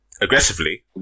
aggressively